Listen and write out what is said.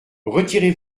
retirez